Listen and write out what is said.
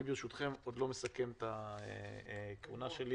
אני ברשותכם עוד לא מסכם את הכהונה שלי